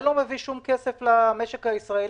כי זה לא מה שיביא כסף למשק הישראלי.